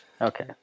Okay